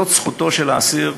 שזכותו של האסיר